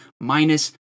minus